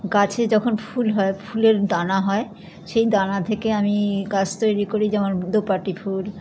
গাছে যখন ফুল হয় ফুলের ডানা হয় সেই দানা থেকে আমি গাস তৈরি করি যেমন দোপাটি ফুল